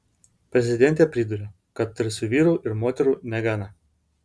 prezidentė priduria kad drąsių vyrų ir moterų negana